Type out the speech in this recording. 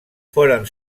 foren